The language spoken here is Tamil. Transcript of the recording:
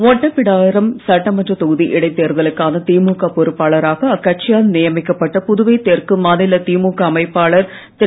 ஒட்டபிடாரம் சட்டமன்ற தொகுதி இடைத் தேர்தலுக்கான திமுக பொறுப்பாளராக அக்கட்சியால் நியமிக்கப்பட்ட புதுவை தெற்கு மாநில திமுக அமைப்பாளர் திரு